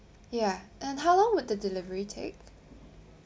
ya and how long would the delivery take